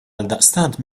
għaldaqstant